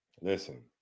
Listen